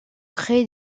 créer